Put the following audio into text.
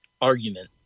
argument